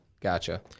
Gotcha